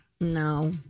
No